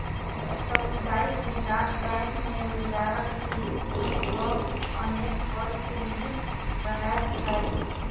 सामुदायिक विकास बैंक मे रोजगारक दृष्टिकोण सॅ अनेक पद सृजित रहैत छै